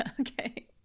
okay